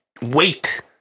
wait